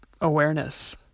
awareness